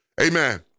Amen